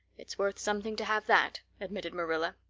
it's worth something to have that, admitted marilla.